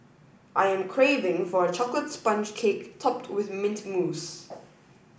I am craving for a chocolate sponge cake topped with mint mousse